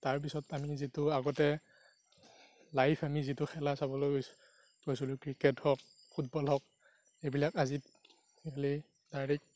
তাৰপিছত আমি যিটো আগতে লাইভ আমি যিটো খেলা চাবলৈ গৈছিলোঁ গৈছিলোঁ ক্ৰিকেট হওক ফুটবল হওক এইবিলাক আজিকালি ডাইৰেক্ট